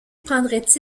prendrait